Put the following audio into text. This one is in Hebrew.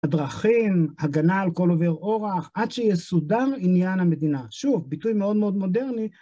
הדרכים, הגנה על כל עובר אורח, עד שיסודם עניין המדינה. שוב, ביטוי מאוד מאוד מודרני.